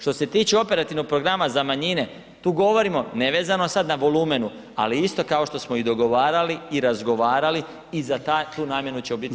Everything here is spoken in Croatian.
Što se tiče operativnog programa za manjine, tu govorimo, nevezano sad na volumenu ali isto kao što smo i dogovarali i razgovarali i za tu namjenu će ... sredstva.